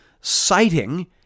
citing